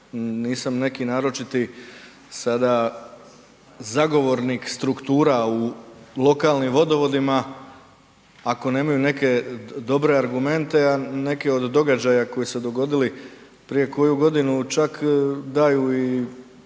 Nisam neki naročiti sada zagovornik struktura u lokalnim vodovodima ako nemaju neke dobre argumente a neke od događaja koji su se dogodili prije koju godinu čak daju i